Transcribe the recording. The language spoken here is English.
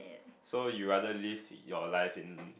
so you rather live your life in